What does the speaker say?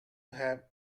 have